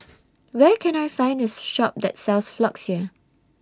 Where Can I Find A Shop that sells Floxia